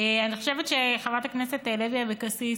אני חושבת שחברת הכנסת לוי אבקסיס